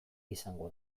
izango